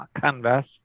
canvas